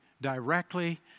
directly